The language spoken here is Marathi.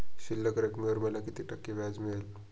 शिल्लक रकमेवर मला किती टक्के व्याज मिळेल?